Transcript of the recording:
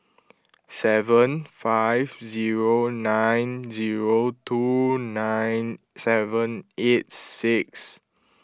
seven five zero nine zero two nine seven eight six